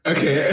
Okay